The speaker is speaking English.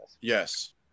Yes